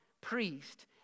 priest